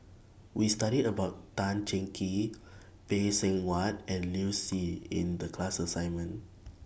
We studied about Tan Cheng Kee Phay Seng Whatt and Liu Si in The class assignment